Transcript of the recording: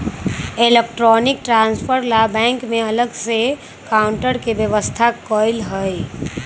electronic transfer ला bank में अलग से काउंटर के व्यवस्था कएल हई